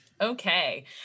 Okay